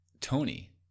Tony